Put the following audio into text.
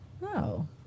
No